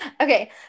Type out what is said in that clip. Okay